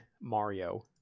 Mario